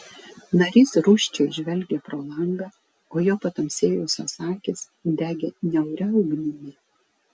narys rūsčiai žvelgė pro langą o jo patamsėjusios akys degė niauria ugnimi